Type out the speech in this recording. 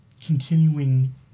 continuing